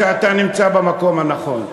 שאתה נמצא במקום הנכון,